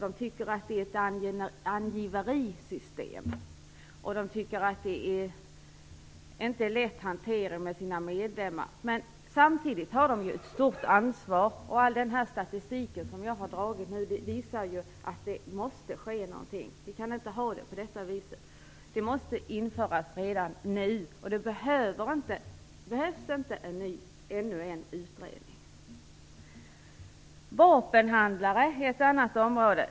De tycker att det är ett angiverisystem och att det inte är lätt att hantera detta med sina medlemmar. Men samtidigt har de ju ett stort ansvar, och all den statistik jag har lagt fram här visar att det måste ske någonting. Vi kan inte ha det på det här viset! En nyordning måste införas redan nu; det behövs inte ännu en utredning. Vapenhandlare är ett annat område.